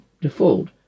default